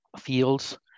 fields